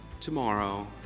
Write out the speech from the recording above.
tomorrow